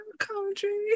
country